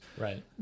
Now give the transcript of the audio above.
Right